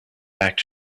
back